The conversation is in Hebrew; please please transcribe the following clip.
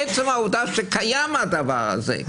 עצם העובדה שקיים הדבר הזה.